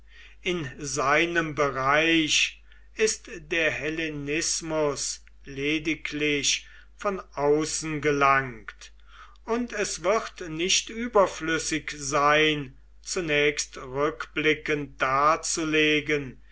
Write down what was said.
in seinen bereich ist der hellenismus lediglich von außen gelangt und es wird nicht überflüssig sein zunächst rückblickend darzulegen